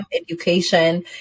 education